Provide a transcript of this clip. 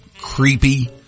creepy